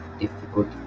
difficult